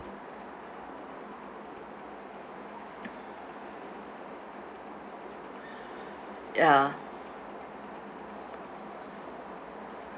ya